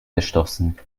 gestoßen